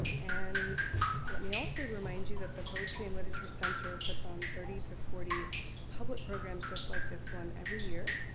and let me also remind you that the poetry and literature center puts on thirty to forty public programs just like this one every year.